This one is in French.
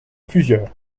plusieurs